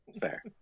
Fair